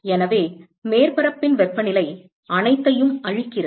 எனவே மேற்பரப்பின் வெப்பநிலை அனைத்தையும் அழிக்கிறது